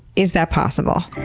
is that possible?